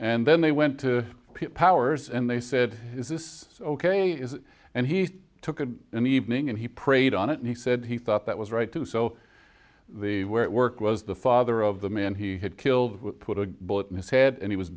and then they went to powers and they said is this ok is and he took it in the evening and he prayed on it and he said he thought that was right too so where it work was the father of the man he had killed put a bullet in his head and he was